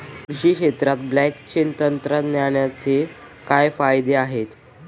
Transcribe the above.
कृषी क्षेत्रात ब्लॉकचेन तंत्रज्ञानाचे काय फायदे आहेत?